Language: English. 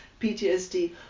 ptsd